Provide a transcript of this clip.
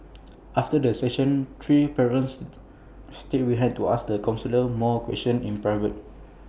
after the session three parents stayed behind to ask the counsellor more questions in private